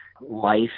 life